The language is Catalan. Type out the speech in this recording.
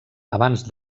abans